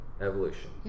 evolution